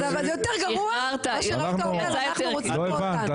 זה יותר גרוע מאשר היית אומר אנחנו רוצים --- לא הבנת,